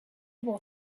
able